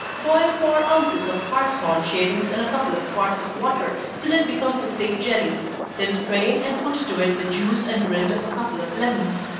boil four ounces of hartshorn shavings in a couple of quarts of water, till it becomes a thick jelly then strain and put to it the juice and rind of a couple of lemons,